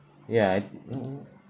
ya I mmhmm